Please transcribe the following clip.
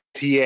TA